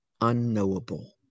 unknowable